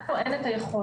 לנו אין היכולת,